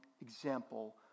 example